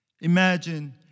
Imagine